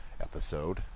episode